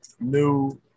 new